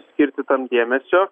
skirti tam dėmesio